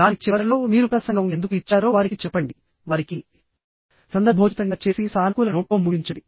దాని చివరలో మీరు ప్రసంగం ఎందుకు ఇచ్చారో వారికి చెప్పండి వారికి సందర్భోచితంగా చేసి సానుకూల నోట్తో ముగించండి